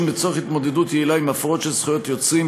לצורך התמודדות יעילה עם הפרות של זכויות יוצרים,